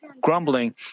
grumbling